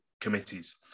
committees